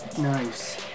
Nice